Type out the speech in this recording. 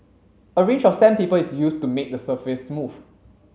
a range of sandpaper is used to make the surface smooth